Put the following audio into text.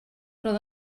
roedd